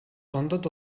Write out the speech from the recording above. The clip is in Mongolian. дундад